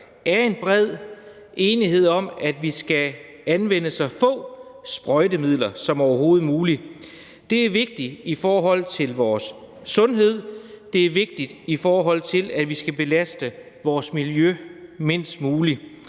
er en bred enighed om, at vi skal anvende så få sprøjtemidler som overhovedet muligt. Det er vigtigt i forhold til vores sundhed. Det er vigtigt, i forhold til at vi skal belaste vores miljø mindst muligt.